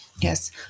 yes